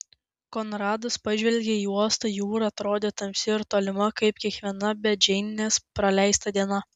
konradas pažvelgė į uostą jūra atrodė tamsi ir tolima kaip kiekviena be džeinės praleista diena